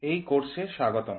এই কোর্সে স্বাগতম